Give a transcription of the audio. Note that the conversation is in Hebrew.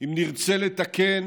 אם נרצה לתקן,